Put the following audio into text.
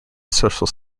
social